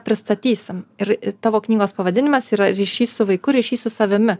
pristatysim ir tavo knygos pavadinimas yra ryšys su vaiku ryšys su savimi